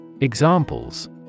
examples